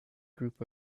group